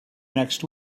next